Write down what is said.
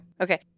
Okay